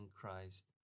Christ